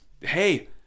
hey